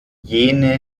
jene